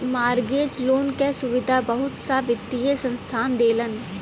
mortgage loan क सुविधा बहुत सा वित्तीय संस्थान देलन